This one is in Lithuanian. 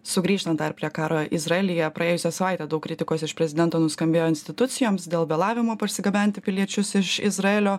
sugrįžtant dar prie karo izraelyje praėjusią savaitę daug kritikos iš prezidento nuskambėjo institucijoms dėl vėlavimo parsigabenti piliečius iš izraelio